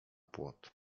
płot